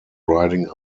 riding